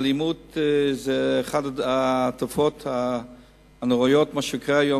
אלימות היא אחת התופעות הנוראות היום,